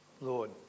Lord